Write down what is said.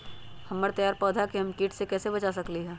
हमर तैयार पौधा के हम किट से कैसे बचा सकलि ह?